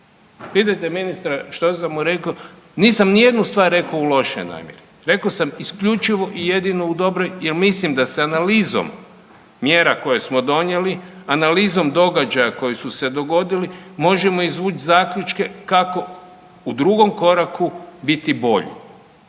Pitajte ministra što sam mu rekao? Nisam ni jednu stvar rekao u lošoj namjeri. Rekao sam isključivo i jedno u dobroj jer mislim da se analizom mjera koje smo donijeli, analizom događaja koji su se dogodili možemo izvući zaključke kako u drugom koraku biti bolji.